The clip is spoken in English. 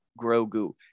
Grogu